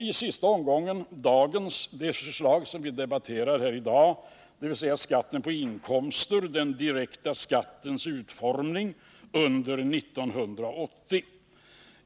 I sista omgången kom så det förslag som vi debatterar här i dag, dvs. det förslag som gäller skatten på inkomster, den direkta skattens utformning under 1980.